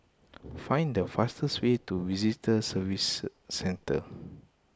find the fastest way to Visitor Services Centre